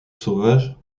sauvage